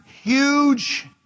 huge